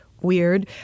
weird